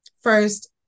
First